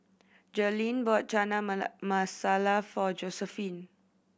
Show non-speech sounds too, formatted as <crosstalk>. Jerilyn bought Chana <unintelligible> Masala for Josiephine